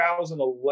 2011